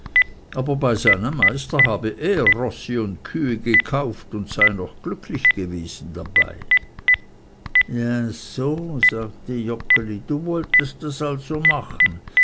aber bei seinem meister habe er rosse und kühe gekauft und sei noch glücklich gewesen dabei jä so sagte joggeli du wolltest das also machen